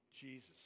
Jesus